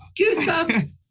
goosebumps